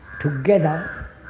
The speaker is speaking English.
together